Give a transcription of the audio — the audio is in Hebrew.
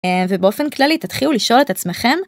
ובאופן כללי תתחילו לשאול את עצמכם.